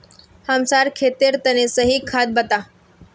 हमसार खेतेर तने सही खाद बता